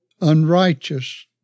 unrighteous